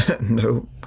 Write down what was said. No